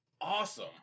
awesome